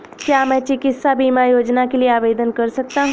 क्या मैं चिकित्सा बीमा योजना के लिए आवेदन कर सकता हूँ?